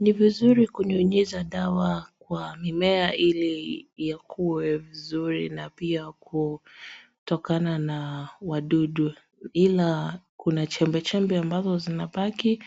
Ni vizuri kunyunyiza dawa kwa mimea ili yakue vizuri na pia kutokana na wadudu ila kuna chembechembe ambazo zinabaki